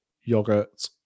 yogurt